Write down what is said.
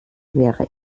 wäre